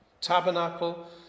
tabernacle